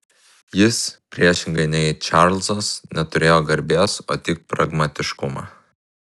jis priešingai nei čarlzas neturėjo garbės o tik pragmatiškumą